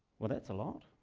well, that's a lot.